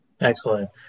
excellent